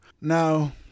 Now